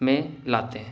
میں لاتے ہیں